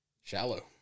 Shallow